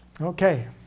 okay